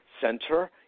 center